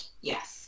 Yes